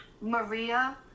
Maria